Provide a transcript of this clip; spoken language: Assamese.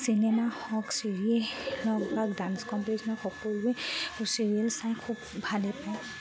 চিনেমা হওক চিৰিয়েল হওক ডান্স কম্পিটিশ্যন সকলোৱে চিৰিয়েল চাই খুব ভালে পাওঁ